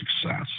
success